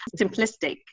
simplistic